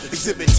Exhibit